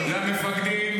זה לא לפי התקנון.